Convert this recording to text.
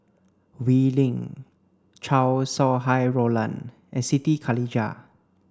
Wee Lin Chow Sau Hai Roland and Siti Khalijah